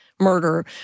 Murder